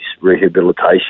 rehabilitation